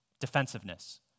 Defensiveness